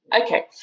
okay